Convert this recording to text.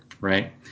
right